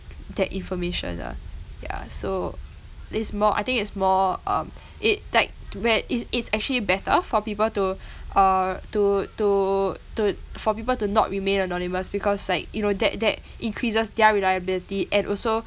that information lah ya so this more I think it's more um it like t~ be~ it's it's actually better for people to uh to to to for people to not remain anonymous because like you know that that increases their reliability and also